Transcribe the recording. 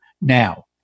now